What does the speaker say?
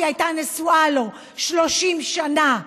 שהייתה נשואה לו 30 שנה,